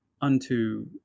unto